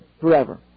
forever